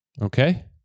Okay